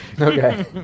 Okay